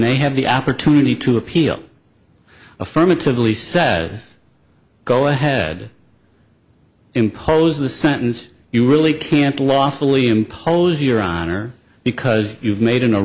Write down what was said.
they have the opportunity to appeal affirmatively said yes go ahead impose the sentence you really can't lawfully impose your honor because you've made in a